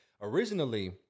originally